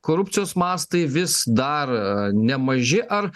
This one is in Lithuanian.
korupcijos mastai vis dar nemaži ar